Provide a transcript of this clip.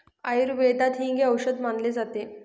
आयुर्वेदात हिंग हे औषध मानले जाते